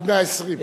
עד מאה-ועשרים.